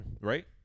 right